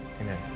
amen